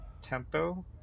tempo